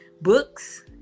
books